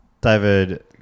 David